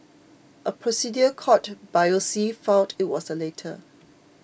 a procedure called biopsy found it was the latter